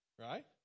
right